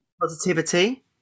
positivity